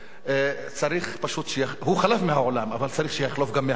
הוא חלף מהעולם, אבל צריך שיחלוף גם מהמקום הזה.